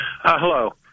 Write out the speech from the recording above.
Hello